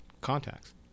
contacts